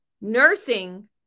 nursing